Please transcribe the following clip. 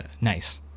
nice